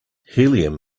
helium